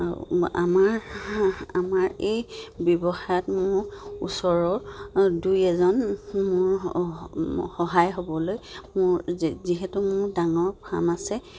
আৰু আমাৰ আমাৰ এই ব্যৱসায়ত মোৰ ওচৰৰ দুই এজন মোৰ সহায় হ'বলৈ মোৰ যিহেতু মোৰ ডাঙৰ ফাৰ্ম আছে